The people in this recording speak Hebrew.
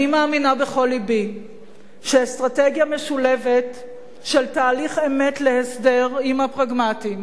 אני מאמינה בכל לבי שאסטרטגיה משולבת של תהליך אמת להסדר עם הפרגמטיים